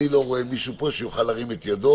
אני לא רואה מישהו שיוכל להרים את ידו,